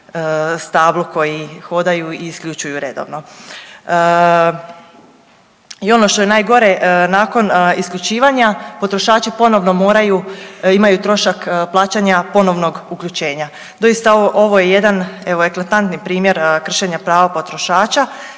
stablu koji hodaju i isključuju redovno. I ono što je najgore nakon isključivanja potrošači ponovno moraju, imaju trošak plaćanja ponovnog uključenja. Doista ovo je jedan evo eklatantni primjer kršenja prava potrošača.